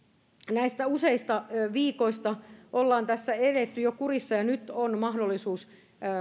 näistä useista viikoista että ollaan tässä eletty jo kurissa ja nyt on mahdollisuus